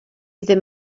ddim